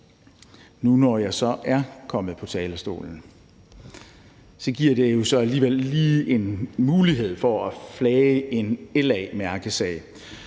nu, når jeg så er kommet på talerstolen, giver det alligevel lige en mulighed for at flage en LA-mærkesag,